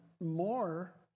more